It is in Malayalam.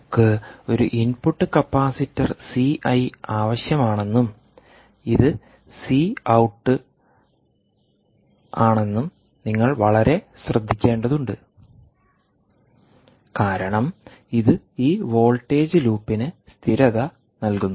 നമുക്ക് ഒരു ഇൻപുട്ട് കപ്പാസിറ്റർ സി ഐ ആവശ്യമാണെന്നും ഇത് സി ഔട്ട് ആണെന്നും നിങ്ങൾ വളരെ ശ്രദ്ധിക്കേണ്ടതുണ്ട് കാരണം ഇത് ഈ വോൾട്ടേജ് ലൂപ്പിന് സ്ഥിരത നൽകുന്നു